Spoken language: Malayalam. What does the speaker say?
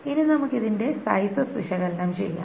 ഇനി നമുക്ക് ഇതിന്റെ സൈസസ് വിശകലനം ചെയ്യാം